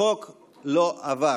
החוק לא עבר.